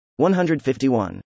151